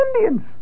Indians